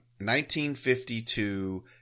1952